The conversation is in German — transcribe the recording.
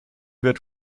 wird